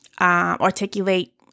articulate